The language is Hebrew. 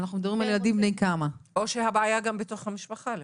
או שהבעיה בתוך המשפחה לפעמים.